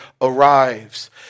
arrives